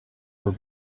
were